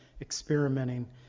experimenting